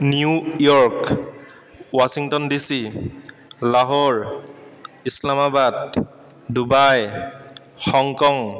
New York Washington DC Lahore Islamabad Dubai Hong Kong